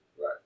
Right